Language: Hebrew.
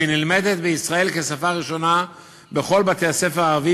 והיא נלמדת בישראל כשפה ראשונה בכל בתי-הספר הערביים,